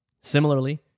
similarly